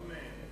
אמן.